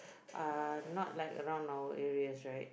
are not like around our areas right